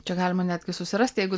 čia galima netgi susirasti jeigu